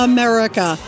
America